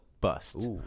bust